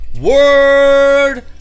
word